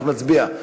אנחנו נצביע.